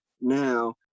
now